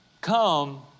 come